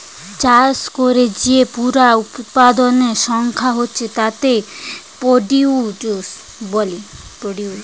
চাষ কোরে যে পুরা উৎপাদনের সংখ্যা হচ্ছে তাকে প্রডিউস বলে